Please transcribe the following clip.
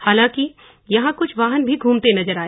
हालांकि यहां कुछ वाहन भी घूमते नजर आए